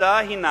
התוצאה הינה